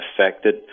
affected